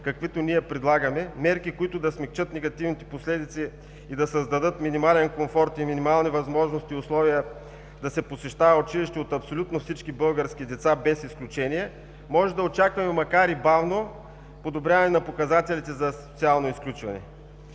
каквито ние предлагаме, мерки, които да смекчат негативните последици и да създадат минимален комфорт и минимални възможности и условия да се посещава училище от абсолютно всички български деца без изключение. Може да очакваме, макар и бавно, подобряване на показателите за социално изключване.